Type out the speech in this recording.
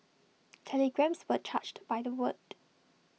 telegrams were charged by the word